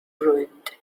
ruined